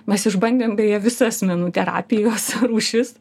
mes išbandėm beje visas menų terapijos rūšis